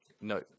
no